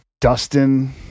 Dustin